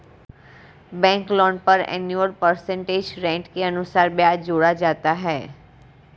bank loan पर annual percentage rate के अनुसार ब्याज जोड़ा जाता है